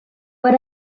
but